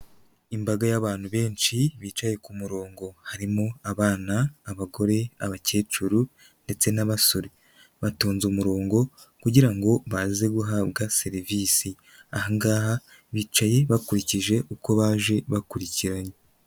Imbaga y'abantu benshi bicaye ku murongo harimo abana, abagore, abakecuru ndetse n'abasore, batonze umurongo kugira ngo baze guhabwa serivisi, aha ngaha bicaye bakurikije uko baje bakurikiranye.